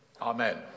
Amen